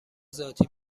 ذاتی